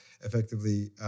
effectively